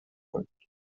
folgt